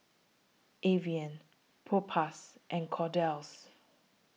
Avene Propass and Kordel's